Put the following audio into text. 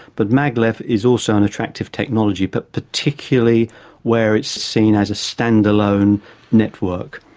but maglev is also an attractive technology, but particularly where it's seen as a stand-alone network.